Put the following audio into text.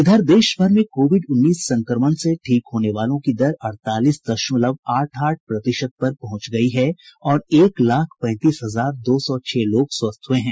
इधर देश भर में कोविड उन्नीस संक्रमण से ठीक होने वालों की दर अड़तालीस दशमलव आठ आठ प्रतिशत पहुंच गई है और एक लाख पैंतीस हजार दो सौ छह लोग स्वस्थ हुए हैं